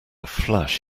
flash